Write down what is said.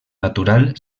natural